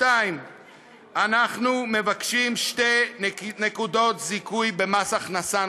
2. אנחנו מבקשים שתי נקודות זיכוי נוספות במס הכנסה,